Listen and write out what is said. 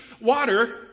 water